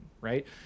Right